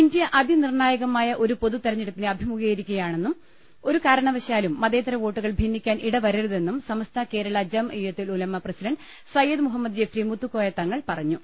India അതിനിർണായകമായ ഒരു പൊതുതെരഞ്ഞെടുപ്പിന് അഭി മുഖീകരിക്കുകയാണെന്നും ഒരു കാരണവശാലും മതേതര വോട്ടു കൾ ഭിന്നിക്കാൻ ഇടവരരുതെന്നും സമസ്ത കേരള ജംഇയ്യത്തുൽ ഉലമ പ്രസിഡന്റ് സയ്യിദ് മുഹമ്മദ് ജിഫ്രി മുത്തുക്കോയ തങ്ങൾ പറഞ്ഞു